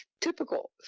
typical